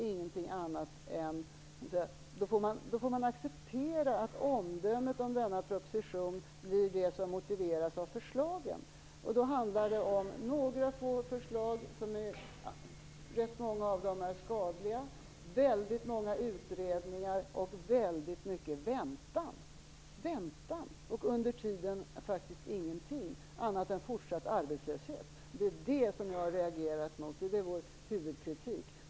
Man får acceptera att omdömet om denna proposition blir det som motiveras av förslagen. Då handlar det om några få förslag, varav rätt många är skadliga, om väldigt många utredningar och om väldigt mycket väntan. Väntan, och under tiden faktiskt ingenting annat än fortsatt arbetslöshet. Det är det som jag har reagerat mot. Det är vår huvudkritik.